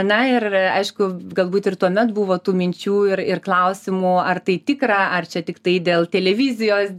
na ir aišku galbūt ir tuomet buvo tų minčių ir ir klausimų ar tai tikra ar čia tiktai dėl televizijos